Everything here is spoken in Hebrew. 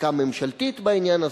חקיקה ממשלתית בעניין הזה.